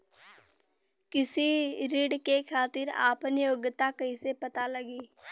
कृषि ऋण के खातिर आपन योग्यता कईसे पता लगी?